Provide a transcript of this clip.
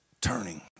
turning